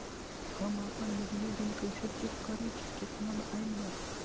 हम आपन बिजली बिल कइसे चेक करि की केतना आइल बा?